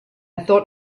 thought